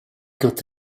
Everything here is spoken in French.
quant